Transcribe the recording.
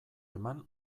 eman